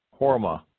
Horma